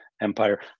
empire